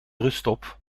ruststop